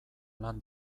lan